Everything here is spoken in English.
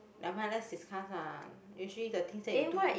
nevermind let's discuss ah usually the things that you do